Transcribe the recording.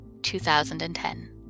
2010